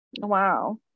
Wow